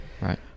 Right